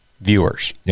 viewers